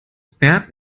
bert